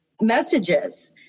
messages